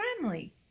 family